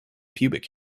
pubic